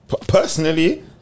personally